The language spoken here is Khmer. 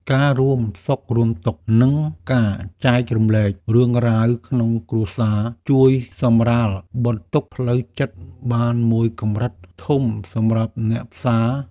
ការរួមសុខរួមទុក្ខ និងការចែករំលែករឿងរ៉ាវក្នុងគ្រួសារជួយសម្រាលបន្ទុកផ្លូវចិត្តបានមួយកម្រិតធំសម្រាប់អ្នកផ្សារ។